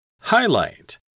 highlight